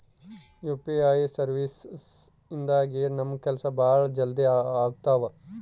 UPI services ಇಂದಾಗಿ ನಮ್ ಕೆಲ್ಸ ಭಾಳ ಜಲ್ದಿ ಅಗ್ತವ